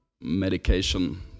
medication